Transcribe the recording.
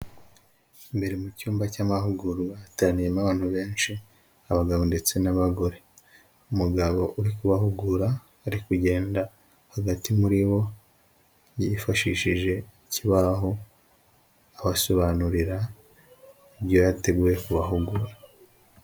Imbere mu cyumba cy'amahugurwa ateraniyemo abantu benshi abagabo ndetse n'abagore umugabo uri kubahugura ari kugenda hagati muri bo yifashishije ikibaho abasobanurira ibyo yateguwe kubahugura.